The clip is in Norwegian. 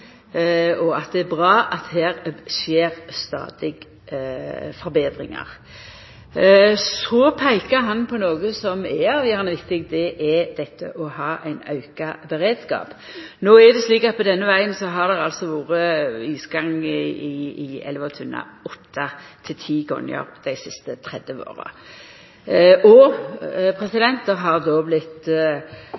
og at det er bra at det skjer stadige forbetringar her. Så peikar han på noko som er avgjerande viktig, og det er dette å ha ein auka beredskap. No er det slik at på denne vegen har det vore isgang i elva Tunna åtte til ti gonger dei siste